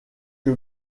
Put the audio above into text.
que